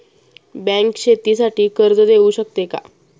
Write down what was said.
Bank शेतीसाठी कर्ज देऊ शकते का?